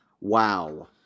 Wow